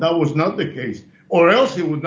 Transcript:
that was not the case or else it w